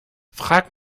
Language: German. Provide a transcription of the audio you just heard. frag